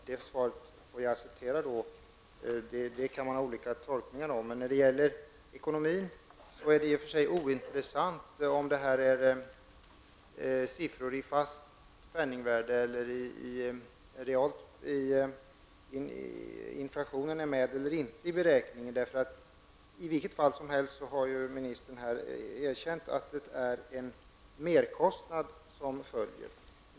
Fru talman! Jag får acceptera det svaret. Man kan göra olika tolkningar. När det gäller ekonomin är det i och för sig ointressant om det rör sig om siffror i fast penningvärde eller om inflationen är medräknad. I vilket fall som helst har ministern här erkänt att det följer med en merkostnad.